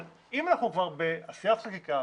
אבל אם אנחנו כבר בעשיית חקיקה,